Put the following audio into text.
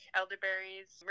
elderberries